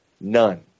None